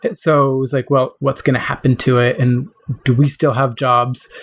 and so like, well, what's going to happen to it and do we still have jobs.